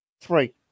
three